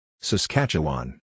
Saskatchewan